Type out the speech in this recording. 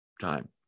time